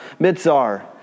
Mitzar